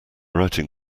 writing